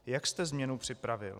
Jak jste změnu připravil?